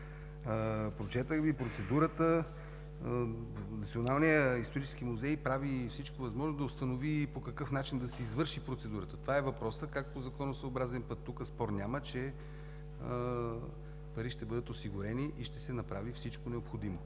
прочетох Ви процедурата. Националният исторически музей прави всичко възможно да установи по какъв начин да се извърши процедурата. Това е въпросът: как по законосъобразен път? Тук спор няма, че пари ще бъдат осигурени и ще се направи всичко необходимо.